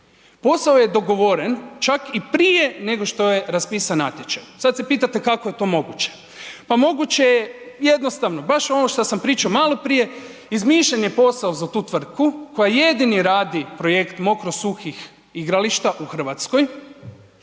Posao je dogovoren čak i prije nego što je raspisan natječaj. Sad se pitate kako je to moguće. Pa moguće je jednostavno, baš ovo što sam pričao maloprije, izmišljen je posao za tu tvrtku koja jedini radi projekt mokro-suhih igrališta u Hrvatskoj.